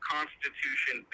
Constitution